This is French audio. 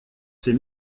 ses